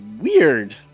weird